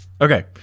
Okay